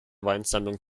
weinsammlung